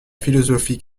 philosophie